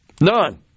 None